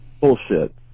Bullshit